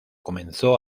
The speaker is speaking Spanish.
comenzó